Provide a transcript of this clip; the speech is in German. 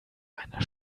einer